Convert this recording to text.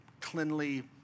cleanly